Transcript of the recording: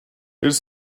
ils